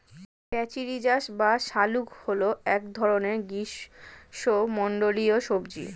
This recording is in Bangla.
প্যাচিরিজাস বা শাঁকালু হল এক ধরনের গ্রীষ্মমণ্ডলীয় সবজি